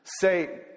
say